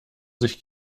sich